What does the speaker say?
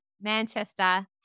Manchester